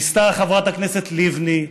ניסתה חברת הכנסת לבני,